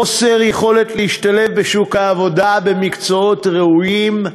חוסר יכולת להשתלב בשוק העבודה במקצועות ראויים,